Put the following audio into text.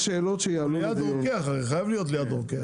הוא חייב להיות ליד רוקח.